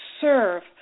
serve